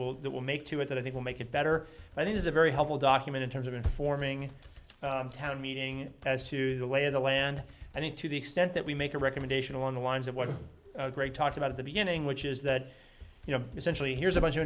will that will make to it that i think will make it better and is a very helpful document in terms of informing town meeting as to the way the land and then to the extent that we make a recommendation along the lines of what a great talked about at the beginning which is that you know essentially here's a bunch of